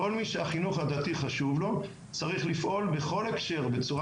כל מי שהחינוך הדתי חשוב לו צריך לפעול בכל הקשר בצורה